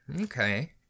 okay